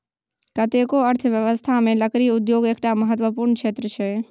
कतेको अर्थव्यवस्थामे लकड़ी उद्योग एकटा महत्वपूर्ण क्षेत्र छै